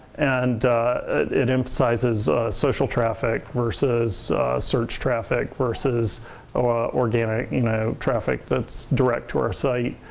and it emphasizes social traffic versus surge traffic versus organic you know traffic that's direct to our site.